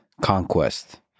conquest